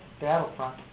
battlefront